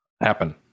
happen